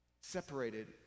Separated